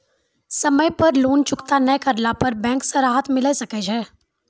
समय पर लोन चुकता नैय करला पर बैंक से राहत मिले सकय छै?